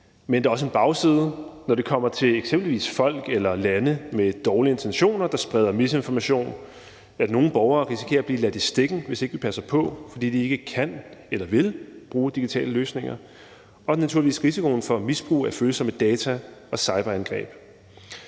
Men der er også en bagside, når det kommer til eksempelvis folk eller lande med dårlige intentioner, der spreder misinformation. Nogle borgere risikerer at blive ladt i stikken, hvis ikke vi passer på, fordi de ikke kan eller vil bruge digitale løsninger. Naturligvis er der også risikoen for misbrug af følsomme data og cyberangreb.